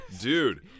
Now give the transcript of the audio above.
dude